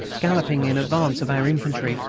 galloping in advance of our infantry,